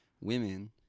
women